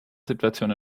situation